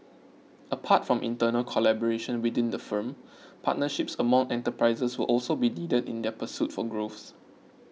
apart from internal collaboration within the firm partnerships among enterprises will also be needed in their pursuit for growth